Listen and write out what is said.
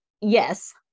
Yes